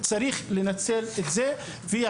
לכן צריך לנצל את זה ביחד.